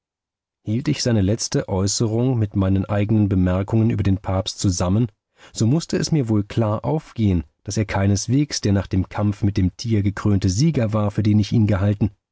hielt ich seine letzte äußerung mit meinen eignen bemerkungen über den papst zusammen so mußte es mir wohl klar aufgehen daß er keinesweges der nach dem kampf mit dem tier gekrönte sieger war für den ich ihn gehalten